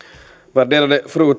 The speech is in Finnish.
värderade fru